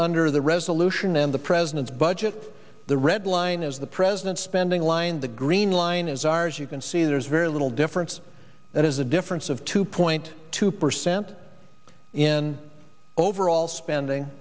under the resolution and the president's budget the red line is the president's spending line the green line is ours you can see there's very little difference that is a difference of two point two percent in overall spending